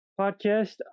podcast